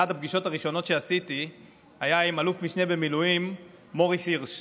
אחת הפגישות הראשונות שעשיתי הייתה עם אלוף משנה במילואים מוריס הירש.